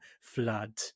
flood